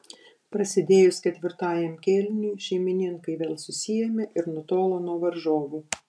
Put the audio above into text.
prasidėjus ketvirtajam kėliniui šeimininkai vėl susiėmė ir nutolo nuo varžovų